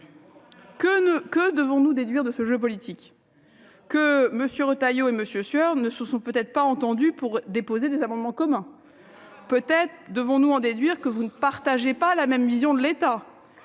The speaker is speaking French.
Que devons-nous déduire de ce jeu politique ? Que M. Retailleau et M. Sueur ne se sont peut-être pas entendus pour déposer des amendements communs ? Que vous ne partagez pas la même vision de l'État ?